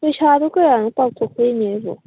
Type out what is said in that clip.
ꯄꯩꯁꯥꯗꯣ ꯀꯌꯥꯅꯣ ꯀꯥꯎꯊꯣꯛꯈ꯭ꯔꯦꯅꯦ ꯑꯩꯕꯣ